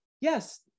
Yes